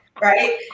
right